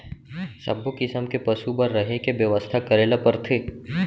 सब्बो किसम के पसु बर रहें के बेवस्था करे ल परथे